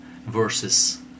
Verses